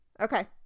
Okay